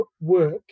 work